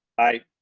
aye.